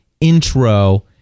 intro